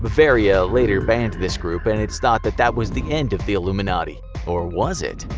bavaria later banned this group and it's thought that that was the end of the illuminati or was it!